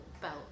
belt